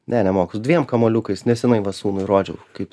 ne nemoku dviem kamuoliukais nesenai va sūnui rodžiau kaip